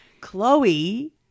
Chloe